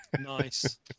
Nice